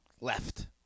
left